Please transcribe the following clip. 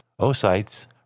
oocytes